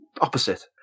opposite